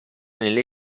nelle